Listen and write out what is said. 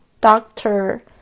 Doctor